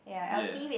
ya